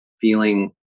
feeling